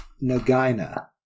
Nagaina